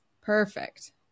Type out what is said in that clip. Perfect